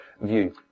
view